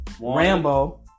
Rambo